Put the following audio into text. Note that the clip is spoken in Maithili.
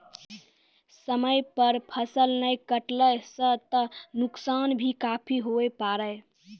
समय पर फसल नाय कटला सॅ त नुकसान भी काफी हुए पारै